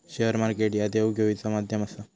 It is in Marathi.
शेअर मार्केट ह्या देवघेवीचा माध्यम आसा